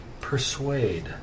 Persuade